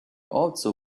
also